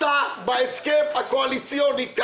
אתה בהסכם הקואליציוני,